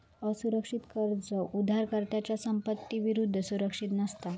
असुरक्षित कर्ज उधारकर्त्याच्या संपत्ती विरुद्ध सुरक्षित नसता